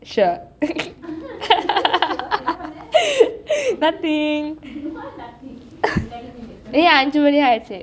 sure nothing டே ஐந்சு மணி ஆயிச்சு:dei anchu mani aayichu